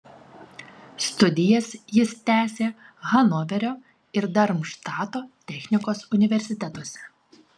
studijas jis tęsė hanoverio ir darmštato technikos universitetuose